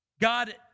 God